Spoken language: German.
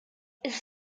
ist